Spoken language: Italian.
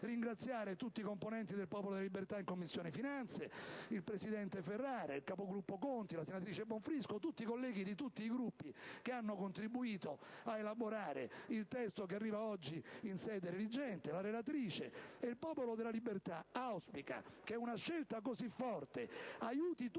ringraziare tutti i componenti del Popolo delle Libertà in Commissione finanze, il vice presidente Ferrara, il capogruppo Conti, la senatrice Bonfrisco, tutti i colleghi di tutti i Gruppi che hanno contribuito ad elaborare il testo che arriva oggi dalla sede redigente, nonché la relatrice. Il Popolo della Libertà auspica che una scelta così forte aiuti tutti i protagonisti,